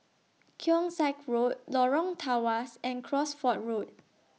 Keong Saik Road Lorong Tawas and Cosford Road